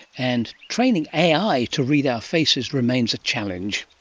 and training ai to read our faces remains a challenge